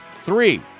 Three